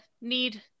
need